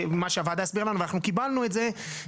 כך הוועדה הסבירה וקיבלנו את ההסבר